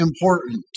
important